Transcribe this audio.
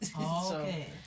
okay